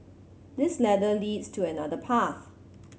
this ladder leads to another path